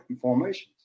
formations